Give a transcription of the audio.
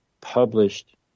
published